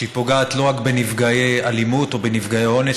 שפוגעת לא רק בנפגעי אלימות או בנפגעי אונס